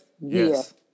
Yes